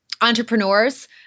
entrepreneurs